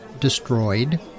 destroyed